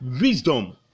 wisdom